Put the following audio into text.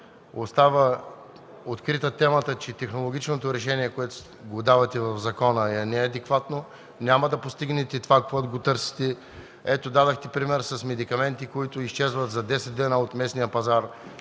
Остава открита темата, че технологичното решение, което предлагате в закона, е неадекватно и няма да постигнете това, което търсите. Дадохме пример с медикаменти, които изчезват за 10 дена от местния пазар.